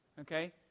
Okay